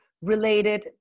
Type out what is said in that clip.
related